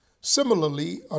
Similarly